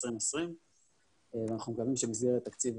האמת --- הוא רצה שהיא תהיה אצלו בשבת.